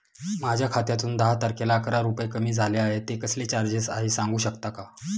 माझ्या खात्यातून दहा तारखेला अकरा रुपये कमी झाले आहेत ते कसले चार्जेस आहेत सांगू शकता का?